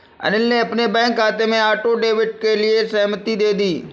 अनिल ने अपने बैंक खाते में ऑटो डेबिट के लिए सहमति दे दी